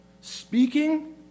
speaking